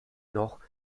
noch